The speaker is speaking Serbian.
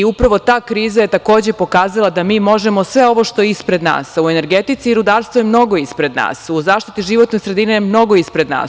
Upravo ta kriza je takođe pokazala da mi možemo sve ovo što je ispred nas, a u energetici i rudarstvu je mnogo ispred nas, u zaštiti životne sredine je mnogo ispred nas.